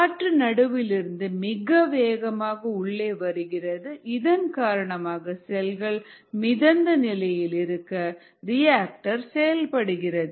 காற்று நடுவிலிருந்து மிக வேகமாக உள்ளே வருகிறது இதன் காரணமாக செல்கள் மிதந்த நிலையில் இருக்க ரியாக்டர் செயல்படுகிறது